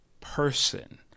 person